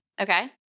Okay